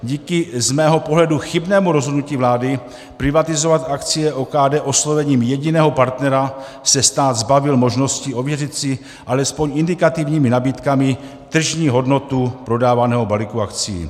Díky z mého pohledu chybnému rozhodnutí vlády privatizovat akcie OKD oslovením jediného partnera se stát zbavil možnosti ověřit si alespoň indikativními nabídkami tržní hodnotu prodávaného balíku akcí.